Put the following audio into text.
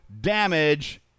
damage